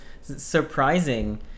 surprising